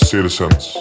citizens